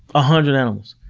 ah hundred animals,